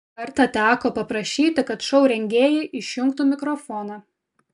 kartą teko paprašyti kad šou rengėjai išjungtų mikrofoną